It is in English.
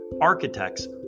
architects